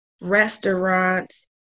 restaurants